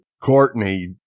Courtney